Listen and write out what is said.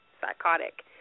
psychotic